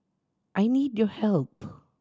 I need your help